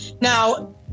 Now